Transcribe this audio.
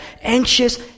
Anxious